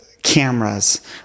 cameras